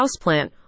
houseplant